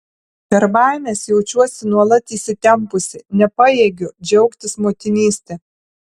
per baimes jaučiuosi nuolat įsitempusi nepajėgiu džiaugtis motinyste